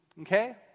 Okay